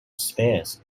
spares